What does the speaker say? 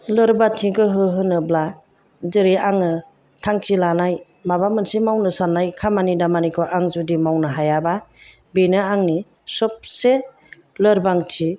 लोरबांथि गोहो होनोब्ला जेरै आङो थांखि लानाय माबा मोनसे मावनो साननाय खामानि दामानिखौ आं जुदि मावनो हायाब्ला बेनो आंनि सबसे लोरबांथि